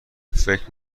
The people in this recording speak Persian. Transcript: فکر